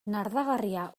nardagarria